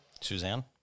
Suzanne